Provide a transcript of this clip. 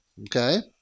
Okay